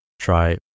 try